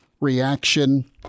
reaction